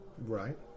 right